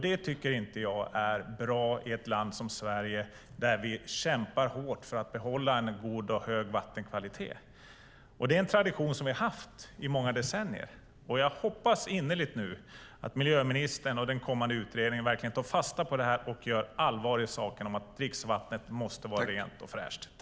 Det tycker jag inte är bra i ett land som Sverige där vi kämpar hårt för att behålla en god och hög vattenkvalitet. Det är en tradition som vi har haft i många decennier. Jag hoppas nu innerligt att miljöministern och den kommande utredningen verkligen tar fasta på detta och gör allvar i saken om att dricksvattnet måste vara rent och fräscht.